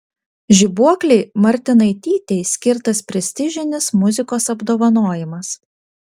žibuoklei martinaitytei skirtas prestižinis muzikos apdovanojimas